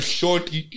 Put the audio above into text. shorty